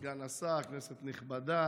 סגן השר, כנסת נכבדה,